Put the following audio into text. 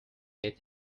get